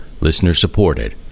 listener-supported